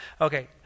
Okay